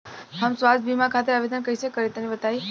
हम स्वास्थ्य बीमा खातिर आवेदन कइसे करि तनि बताई?